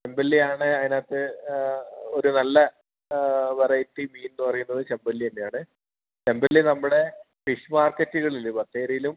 ചെമ്പല്ലി ആണ് അതിനകത്ത് ഒരു നല്ല വെറൈറ്റി മീൻ എന്നു പറയുന്നത് ചെമ്പല്ലി തന്നെ ആണ് ചെമ്പല്ലി നമ്മുടെ ഫിഷ് മാർക്കറ്റുകളിൽ ബത്തേരിയിലും